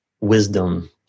wisdom